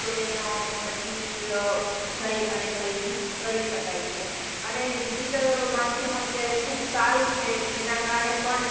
તો તેનો પછી જઈ અને ખરીદી કરી શકાય છે અને ડિજિટલ માધ્યમ અત્યારે ખૂબ સારું છે જેના કારણે પણ